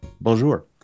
Bonjour